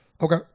Okay